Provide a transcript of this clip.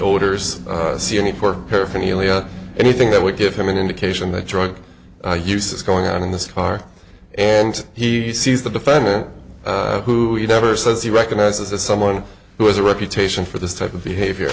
need for paraphernalia anything that would give him an indication that drug use is going on in this car and he sees the defendant who you never says he recognizes as someone who has a reputation for this type of behavior